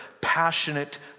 passionate